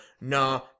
nah